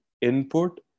input